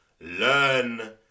learn